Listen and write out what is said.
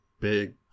big